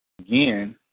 Again